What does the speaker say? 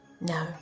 No